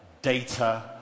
Data